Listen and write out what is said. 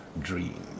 Dream